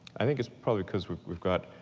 i think it's probably cause we've got